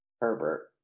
Herbert